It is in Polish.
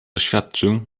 oświadczył